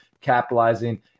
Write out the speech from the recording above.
capitalizing